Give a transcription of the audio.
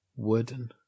Wooden